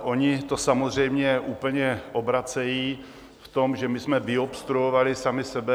Oni to samozřejmě úplně obracejí v tom, že jsme vyobstruovali sami sebe.